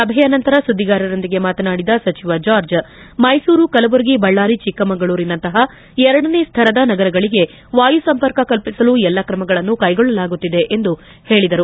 ಸಭೆಯ ನಂತರ ಸುದ್ದಿಗಾರರೊಂದಿಗೆ ಮಾತನಾಡಿದ ಸಚಿವ ಜಾರ್ಜ್ ಮೈಸೂರು ಕಲಬುರಗಿ ಬಳ್ಳಾರಿ ಚಿಕ್ಕಮಗಳೂರಿನಂತಹ ಎರಡನೇ ಸ್ವರದ ನಗರಗಳಿಗೆ ವಾಯುಸಂಪರ್ಕ ಕಲ್ಪಿಸಲು ಎಲ್ಲ ತ್ರಮಗಳನ್ನು ಕೈಗೊಳ್ಳಲಾಗುತ್ತಿದೆ ಎಂದು ಹೇಳಿದರು